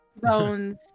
Bones